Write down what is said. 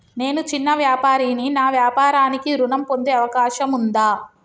నేను చిన్న వ్యాపారిని నా వ్యాపారానికి ఋణం పొందే అవకాశం ఉందా?